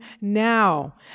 now